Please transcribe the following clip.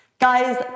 guys